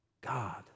God